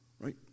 right